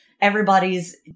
everybody's